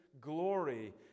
glory